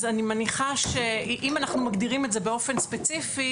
אם אנחנו מגדירים את זה באופן ספציפי